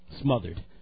smothered